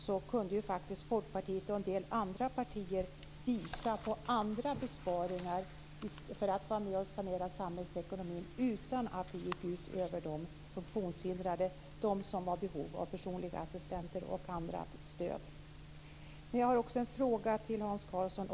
Folkpartiet och en del andra partier kunde faktiskt visa på andra besparingar för att vara med och sanera samhällsekonomin utan att det gick ut över de funktionshindrade, de som var i behov av personliga assistenter och annat stöd. Jag har också en fråga till Hans Karlsson.